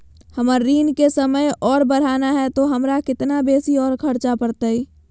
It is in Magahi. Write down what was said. हमर ऋण के समय और बढ़ाना है तो हमरा कितना बेसी और खर्चा बड़तैय?